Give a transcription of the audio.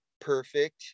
perfect